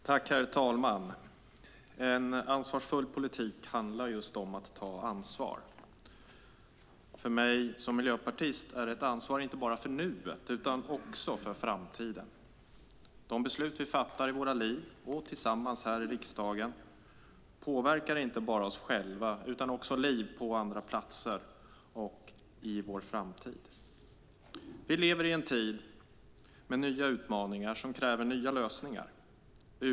Herr talman! En ansvarsfull politik handlar om att ta ansvar. För mig som miljöpartist är det ett ansvar inte bara för nuet utan också för framtiden. De beslut vi fattar i våra liv och tillsammans här i riksdagen påverkar inte bara oss själva utan också liv på andra platser och i framtiden. Vi lever i en tid med nya utmaningar som kräver nya lösningar.